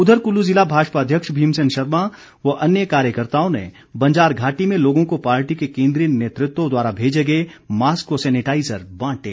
उधर कल्लू जिला भाजपा अध्यक्ष भीमसेन शर्मा व अन्य कार्यकर्ताओं ने बंजार घाटी में लोगों को पाार्टी के केन्द्रीय नेतृत्व द्वारा भेजे गए मास्क व सैनेटाइज़र बांटे